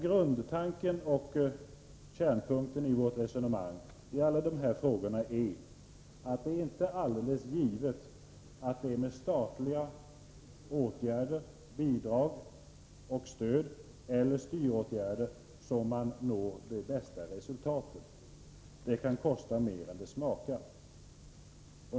Grundtanken och kärnpunkten i vårt resonemang i alla dessa frågor är att det inte är alldeles givet att man just med statliga åtgärder, bidrag, stöd eller styråtgärder, når det bästa resultatet. Det kan kosta mer än det smakar.